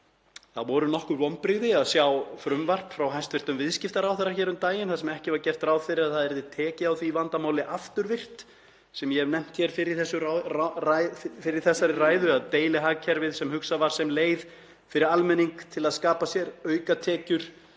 það voru nokkur vonbrigði að sjá frumvarp frá hæstv. viðskiptaráðherra um daginn þar sem ekki var gert ráð fyrir að það yrði tekið á því vandamáli afturvirkt sem ég hef nefnt hér fyrr í þessari ræðu, að deilihagkerfið, sem hugsað var sem leið fyrir almenning til að skapa sér aukatekjur